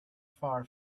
far